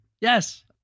Yes